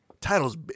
Titles